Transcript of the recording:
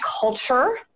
culture